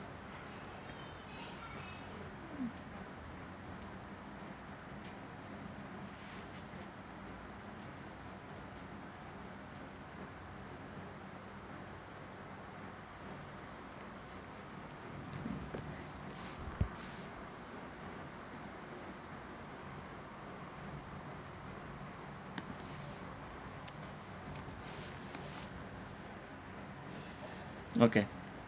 okay